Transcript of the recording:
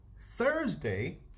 Thursday